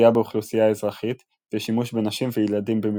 פגיעה באוכלוסייה אזרחית ושימוש בנשים וילדים במלחמה,